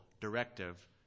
directive